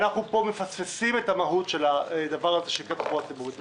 אנחנו מפספסים פה את המהות של הדבר הזה שנקרא תחבורה ציבורית.